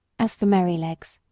as for merrylegs,